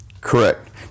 Correct